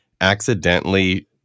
accidentally